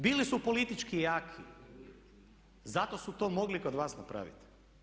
Bili su politički jaki, zato su to mogli kod vas napravit.